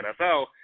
NFL